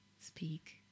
Speak